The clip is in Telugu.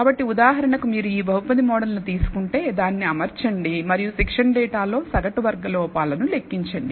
కాబట్టి ఉదాహరణకు మీరు ఈ బహుపది మోడల్ ను తీసుకుంటేదానిని అమర్చండి మరియు శిక్షణ డేటాలో సగటు వర్గ లోపాలను లెక్కించండి